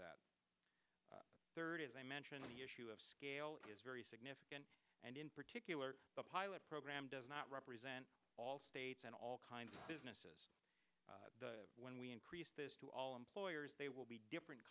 that third as i mentioned the issue of scale is very significant and in particular the pilot program does not represent all states and all kinds of businesses when we increase this to all employers they will be different